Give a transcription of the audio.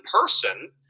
person